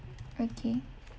okay